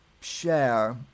share